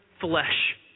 flesh